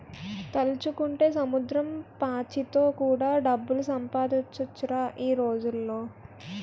తలుచుకుంటే సముద్రం పాచితో కూడా డబ్బులు సంపాదించొచ్చురా ఈ రోజుల్లో